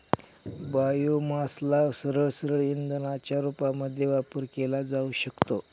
बायोमासला सरळसरळ इंधनाच्या रूपामध्ये वापर केला जाऊ शकतो